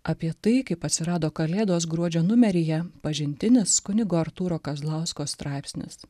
apie tai kaip atsirado kalėdos gruodžio numeryje pažintinis kunigo artūro kazlausko straipsnis